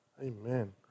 Amen